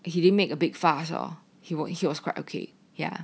he didn't make a big fuss or he would he was quite okay yeah